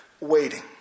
waiting